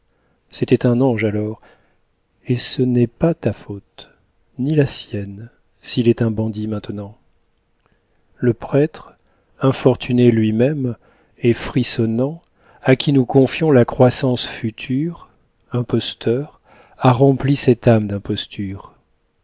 c'était un ange alors et ce n'est pas ta faute ni la sienne s'il est un bandit maintenant le prêtre infortuné lui-même et frissonnant à qui nous confions la croissance future imposteur a rempli cette âme d'imposture